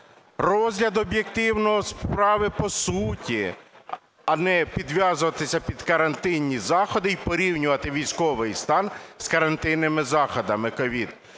розгляд об'єктивної справи по суті, а не підв'язуватися під карантинні заходи і порівнювати військовий стан з карантинними заходами СOVID.